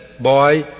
boy